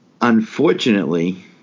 Unfortunately